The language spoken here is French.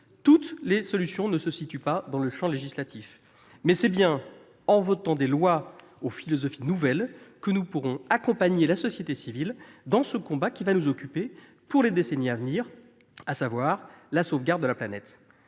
Toutes les solutions ne se situent pas dans le champ législatif, mais c'est bien en votant des lois aux philosophies nouvelles que nous pourrons accompagner la société civile dans ce combat qui nous occupera pour les décennies à venir, à savoir la sauvegarde de la planète.